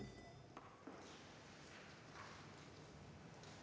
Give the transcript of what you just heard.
Tak